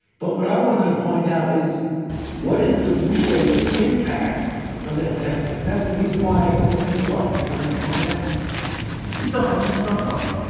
but what i wanted to find out is what is the real impact of that testing? and that's the reason why i called people up and try and find out you still having those phone calls?